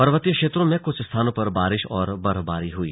पर्वतीय क्षेत्रों में कुछ स्थानों पर बारिश और बर्फबारी हुई